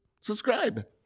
subscribe